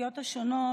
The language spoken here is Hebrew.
ההתייחסויות השונות,